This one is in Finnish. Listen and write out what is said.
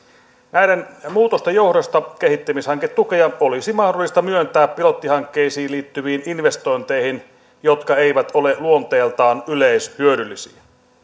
näiden muutosten johdosta kehittämishanketukea olisi mahdollista myöntää pilottihankkeisiin liittyviin investointeihin jotka eivät ole luonteeltaan yleishyödyllisiä